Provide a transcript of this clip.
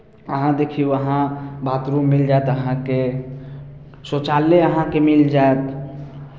अहाँ देखियौ अहाँ बाथरूम मिल जायत अहाँकेँ शौचालय अहाँके मिल जायत